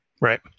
Right